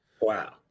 Wow